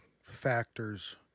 factors